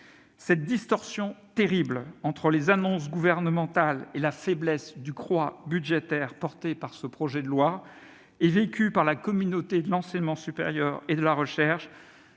Cette distorsion terrible entre les annonces gouvernementales, ainsi que la faiblesse du croît budgétaire porté par ce projet de loi, est vécue par la communauté de l'enseignement supérieur et de la recherche